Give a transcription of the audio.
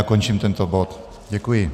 Končím tento bod, děkuji.